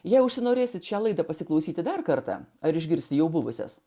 jei užsinorėsite šią laidą pasiklausyti dar kartą ar išgirsti jau buvusias